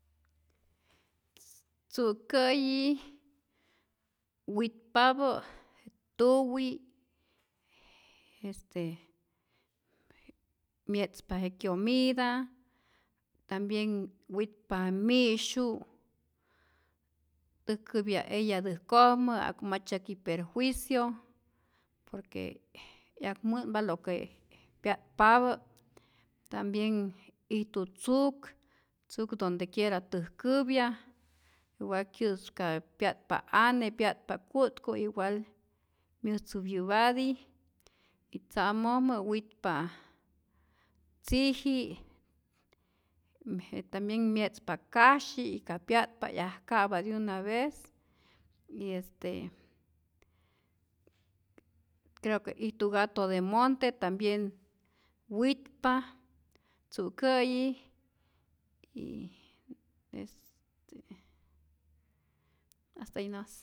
Tzu'käyi witpapä, tuwi', este mye'tzpa je kyomida, tambien witpa mi'syu' täjkäpya eya täjkojmä ja'ku ma tzyäki perjuicio por que 'yakmä'npa lo que pya'tpapä, tambien ijtu tzuk, tzuk donde quiera täjkäpya wa'kyä'ska'ä pya'tpa ane, pya'tpa ku'tku igual myäjtzäpyä'pati y tzamojmä witpa tziji y je tambien mye'tzpa kasyi y ka pya'tpa 'yajka'pa de una vez y este creo que ijtu gato de monte tambien witpa tzu'kä'yi y y hasta ahi namas.